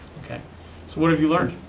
okay what have you learned?